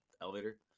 elevator